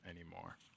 anymore